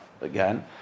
again